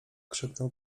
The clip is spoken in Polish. krzyknął